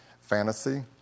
Fantasy